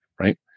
Right